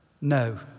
No